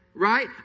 Right